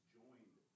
joined